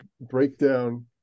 breakdown